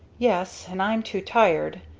yes and i'm too tired.